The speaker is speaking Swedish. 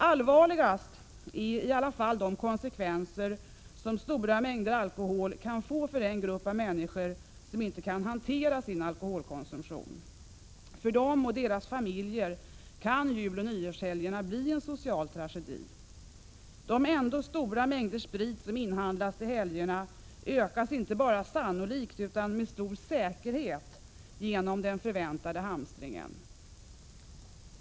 Allvarligast är ändå de konsekvenser som stora mängder alkohol kan få för den grupp människor som inte kan hantera sin alkoholkonsumtion. För dessa och deras familjer kan juloch nyårshelgerna bli en social tragedi. De stora mängder sprit som ändå inhandlas till helgerna ökas inte bara sannolikt utan med stor säkerhet genom den förväntade hamstringen.